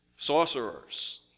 sorcerers